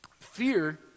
fear